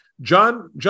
John